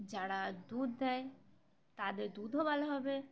যারা দুধ দেয় তাদের দুধও ভালো হবে